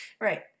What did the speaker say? Right